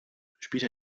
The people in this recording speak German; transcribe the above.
spielte